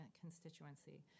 constituency